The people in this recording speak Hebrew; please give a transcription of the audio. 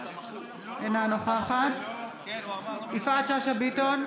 אינה נוכחת יפעת שאשא ביטון,